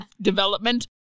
development